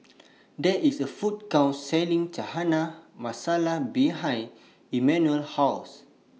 There IS A Food Court Selling Chana Masala behind Immanuel's House